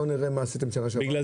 בואו ונראה מה עשיתם בשנה שעברה,